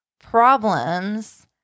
problems